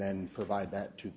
then provide that to